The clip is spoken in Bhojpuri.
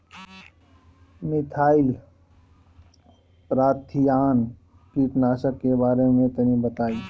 मिथाइल पाराथीऑन कीटनाशक के बारे में तनि बताई?